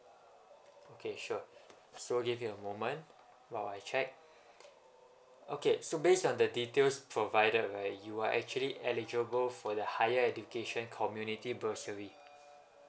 okay sure so give me a moment while I check okay so based on the details provided right you are actually eligible for the higher education community bursary